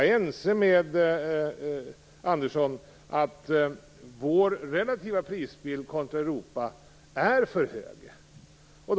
Vi är ense, Sten Andersson, om att vår relativa prisbild kontra Europa visar på för höga priser.